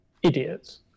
idiots